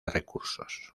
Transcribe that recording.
recursos